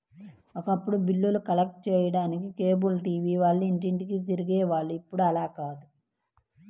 ఒకప్పుడు బిల్లులు కలెక్ట్ చేసుకోడానికి కేబుల్ టీవీ వాళ్ళు ఇంటింటికీ తిరిగే వాళ్ళు ఇప్పుడు అలా కాదు